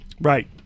Right